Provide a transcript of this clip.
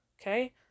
Okay